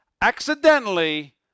accidentally